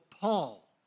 Paul